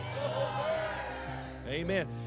Amen